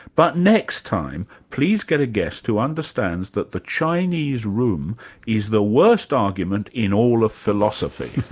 but next time, please get a guest who understands that the chinese room is the worst argument in all of philosophy'.